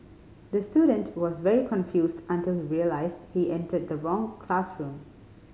the student was very confused until he realised he entered the wrong classroom